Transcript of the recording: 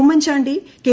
Oommen Chandy K